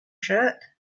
shirt